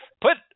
Put